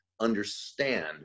understand